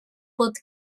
bod